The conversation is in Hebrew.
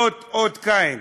זה אותו קין.